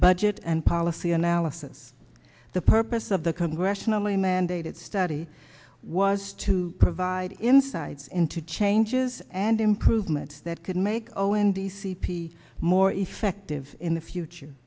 budget and policy analysis the purpose of the congressionally mandated study was to provide insights into changes and improvements that could make zero in the c p more effective in the future